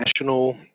national